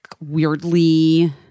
weirdly